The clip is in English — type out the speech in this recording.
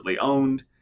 owned